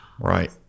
right